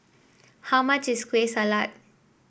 how much is Kueh Salat